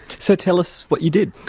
so tell us what you did.